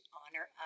honor